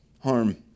harm